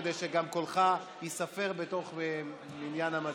כדי שגם קולך ייספר בתוך מניין המצביעים.